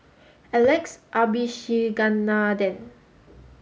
Alex Abisheganaden